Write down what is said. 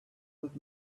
with